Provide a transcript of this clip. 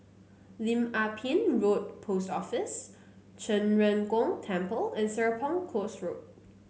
Lim Ah Pin Road Post Office Zhen Ren Gong Temple and Serapong Course Road